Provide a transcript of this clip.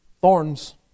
Thorns